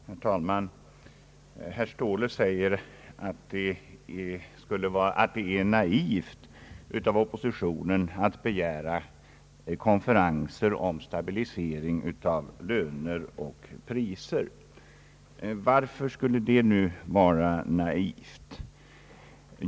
Herr talman! Herr Ståhle säger att det är naivt av oppositionen att begära konferenser om stabilisering av löner och priser. Varför skulle detta nu vara naivt?